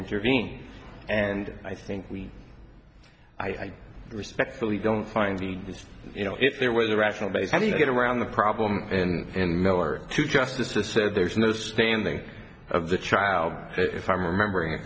intervene and i think we i respectfully don't find the use you know if there was a rational basis to get around the problem in miller two justices said there is no standing of the child if i'm remembering